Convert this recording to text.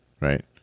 Right